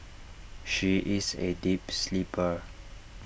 she is A deep sleeper